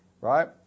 right